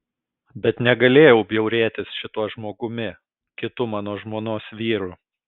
bet negalėjau bjaurėtis šituo žmogumi kitu mano žmonos vyru